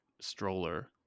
stroller